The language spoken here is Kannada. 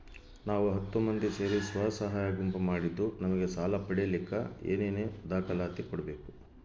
ನಾವು ಹತ್ತು ಮಂದಿ ಸೇರಿ ಸ್ವಸಹಾಯ ಗುಂಪು ಮಾಡಿದ್ದೂ ನಮಗೆ ಸಾಲ ಪಡೇಲಿಕ್ಕ ಏನೇನು ದಾಖಲಾತಿ ಕೊಡ್ಬೇಕು?